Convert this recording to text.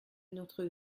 notre